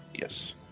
Yes